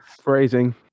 Phrasing